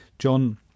John